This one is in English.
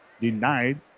denied